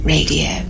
Radio